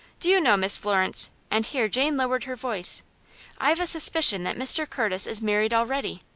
do you know, miss florence and here jane lowered her voice i've a suspicion that mr. curtis is married already?